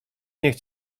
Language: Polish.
niech